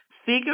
Figure